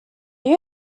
you